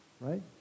right